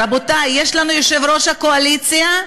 רבותי, יש לנו יושב-ראש קואליציה,